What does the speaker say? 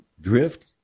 drift